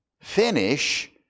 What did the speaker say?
Finish